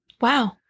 Wow